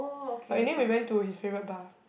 but in the end we went to his favourite bar